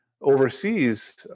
overseas